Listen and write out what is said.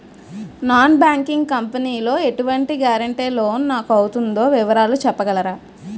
Non banking company లో ఎటువంటి guarantee loan నాకు అవుతుందో వివరాలు చెప్పగలరా?